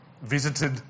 visited